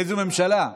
איזו ממשלה?